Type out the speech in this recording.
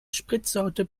spritsorte